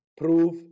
prove